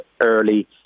early